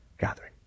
gathering